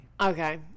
Okay